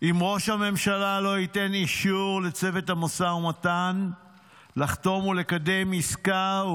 אם ראש הממשלה לא ייתן אישור לצוות המשא ומתן לחתום ולקדם עסקה,